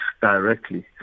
directly